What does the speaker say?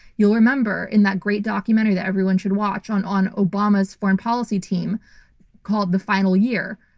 you'll remember in that great documentary that everyone should watch on on obama's foreign policy team called the final year,